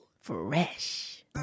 Fresh